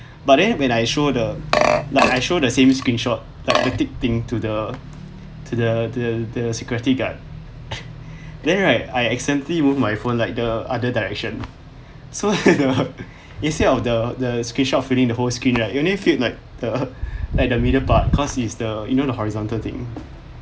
but then when I show the like I show the same screenshot like the tick thing to the to the to the to the security guard then right I accidentally move my phone like the other direction so that the instead of the the screenshot filling the whole screen right it only fill like the like the middle part cause it's the you know the horizontal thing